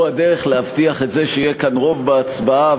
הוא הדרך להבטיח את זה שיהיה פה רוב בהצבעה,